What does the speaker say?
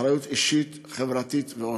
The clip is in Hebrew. אחריות אישית וחברתית ועוד.